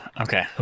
Okay